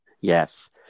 Yes